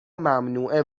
ممنوعه